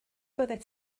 byddet